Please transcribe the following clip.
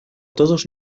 todos